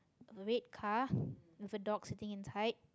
a red car with a dog sitting inside